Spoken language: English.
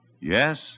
Yes